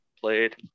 played